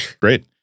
Great